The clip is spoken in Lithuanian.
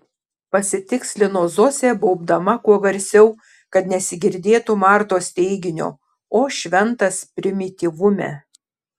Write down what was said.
pasitikslino zosė baubdama kuo garsiau kad nesigirdėtų martos teiginio o šventas primityvume